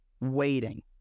waiting